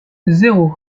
zéro